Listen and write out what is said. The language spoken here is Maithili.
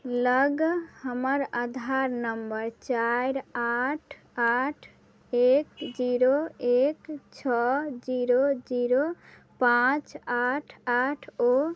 लग हमर आधार नम्बर चारि आठ आठ एक जीरो एक छओ जीरो जीरो पाँच आठ आठ ओ